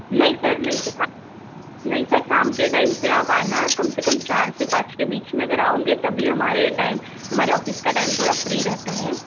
नहीं सर नहीं सर आप नहीं सर शाम के टाइम पर आप आना कम से कम चार से पाँच के बीच में अगर आओंगे तभी हमारे टाइम हमारे ऑफिस का टाइम थोड़ा फ्री रहता है